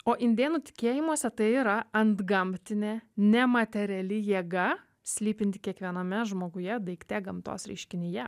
o indėnų tikėjimuose tai yra antgamtinė nemateriali jėga slypinti kiekviename žmoguje daikte gamtos reiškinyje